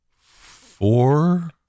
four